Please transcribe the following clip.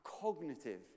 cognitive